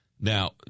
Now